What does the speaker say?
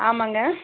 ஆமாங்க